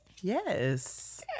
Yes